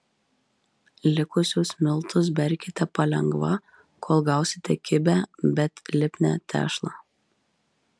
likusius miltus berkite palengva kol gausite kibią bet lipnią tešlą